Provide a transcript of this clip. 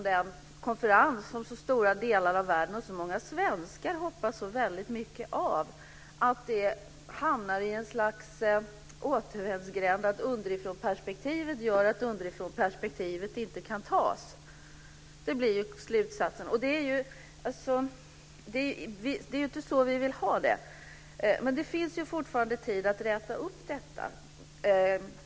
Den konferens som så stora delar av världen och så många svenskar hoppas väldigt mycket på har hamnat i ett slags återvändsgränd, där underifrånperspektivet gör att ett underifrånperspektiv inte kan anläggas. Det blir slutsatsen. Det är inte så vi vill ha det. Det finns dock fortfarande tid att ordna upp detta.